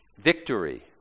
victory